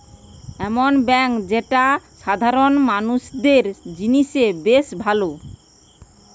এমন বেঙ্ক যেটা সাধারণ মানুষদের জিনে বেশ ভালো